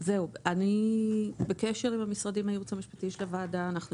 אני והייעוץ המשפטי של הוועדה, בקשר עם המשרדים.